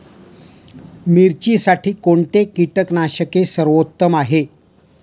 मिरचीसाठी कोणते कीटकनाशके सर्वोत्तम आहे?